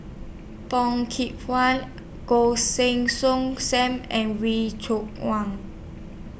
Bong Kee Hwa Goh Heng Soon SAM and Wee Cho Wang